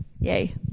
yay